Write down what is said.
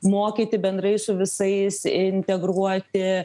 mokyti bendrai su visais integruoti